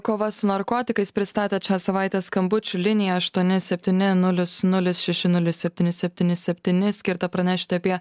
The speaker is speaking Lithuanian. kova su narkotikais pristatėt šią savaitę skambučių liniją aštuoni septyni nulis nulis šeši nulis septyni septyni septyni skirta pranešti apie